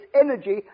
energy